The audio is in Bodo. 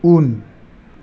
उन